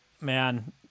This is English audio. Man